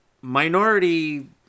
minority